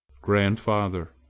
Grandfather